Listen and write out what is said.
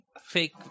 fake